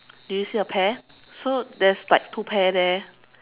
do you see a pear so there's like two pear there